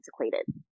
antiquated